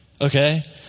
Okay